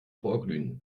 vorglühen